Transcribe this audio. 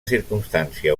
circumstància